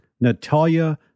Natalia